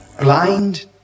Blind